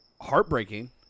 heartbreaking